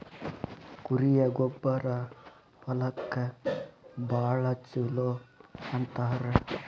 ಕುರಿಯ ಗೊಬ್ಬರಾ ಹೊಲಕ್ಕ ಭಾಳ ಚುಲೊ ಅಂತಾರ